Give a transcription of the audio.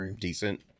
decent